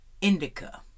indica